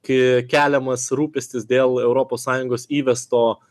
ki keliamas rūpestis dėl europos sąjungos įvesto